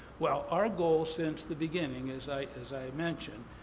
well, our goal since the beginning, as i as i mentioned,